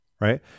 right